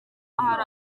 hari